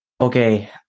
okay